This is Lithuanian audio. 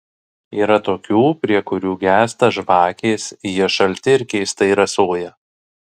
yra tokių prie kurių gęsta žvakės jie šalti ir keistai rasoja